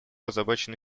озабочены